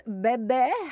baby